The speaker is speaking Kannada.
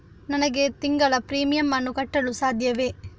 ನನಗೆ ತಿಂಗಳ ಪ್ರೀಮಿಯಮ್ ಅನ್ನು ಕಟ್ಟಲು ಸಾಧ್ಯವೇ?